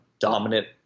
dominant